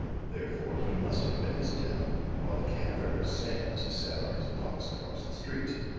therefore he must have met his death while the cab driver sams sat on his box across the street.